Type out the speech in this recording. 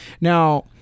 now